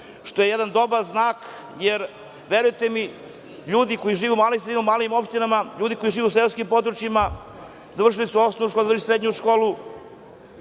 što je jedan dobar znak. Verujte mi, ljudi koji žive u malim sredinama, u malim opštinama, koji žive u seoskim područjima završili su osnovnu školu, završili su srednju školu,